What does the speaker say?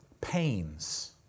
pains